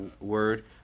word